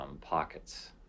pockets